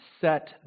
set